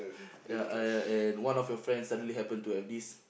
ya and and one of your friend suddenly happen to have this